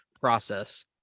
process